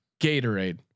Gatorade